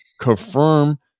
Confirm